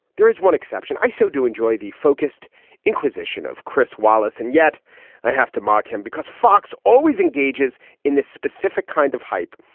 there is one exception. i so do enjoy the focused inquisition of chris wallace and yet i have to mock him because fox always engages in this specific kind of hype.